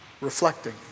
Reflecting